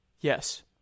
yes